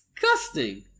disgusting